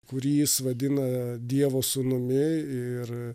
kurį jis vadina dievo sūnumi ir